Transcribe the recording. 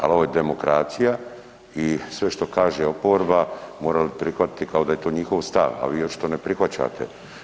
Ali ovo je demokracija i sve što kaže oporba morali bi prihvatiti kao da je to njihov stav, ali vi očito ne prihvaćate.